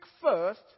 first